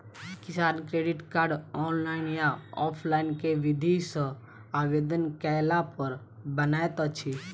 किसान credit card, online या offline केँ विधि सँ आवेदन कैला पर बनैत अछि?